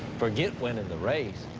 forget winnin' the race,